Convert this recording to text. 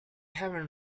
haven’t